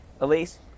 Elise